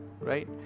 right